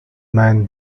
man